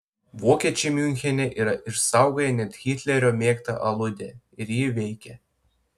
vokiečiai miunchene yra išsaugoję net hitlerio mėgtą aludę ir ji veikia